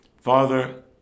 Father